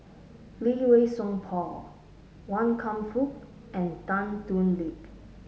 Lee Wei Song Paul Wan Kam Fook and Tan Thoon Lip